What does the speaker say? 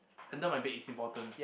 under my bed is important